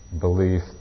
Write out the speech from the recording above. belief